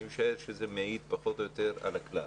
אני משער שזה מעיד פחות או יותר על הכלל.